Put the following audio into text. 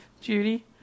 Judy